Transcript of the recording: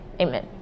Amen